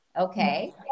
Okay